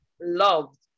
loved